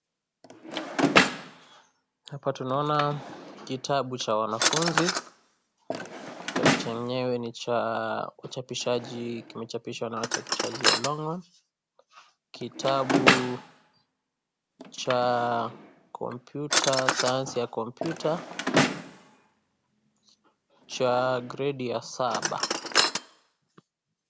Hapa tunaona kitabu cha wanafunzi, kitabu chenyewe ni cha uchapishaji imechapishwa na wachapishaji wa Longhorn. Kitabu cha kompyuta science ya kompyuta cha gredi ya saba.